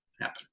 happen